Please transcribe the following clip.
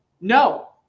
no